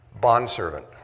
Bondservant